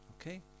Okay